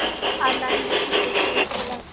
Online बिक्री कैसे होखेला?